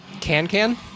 Can-can